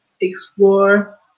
explore